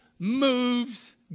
moves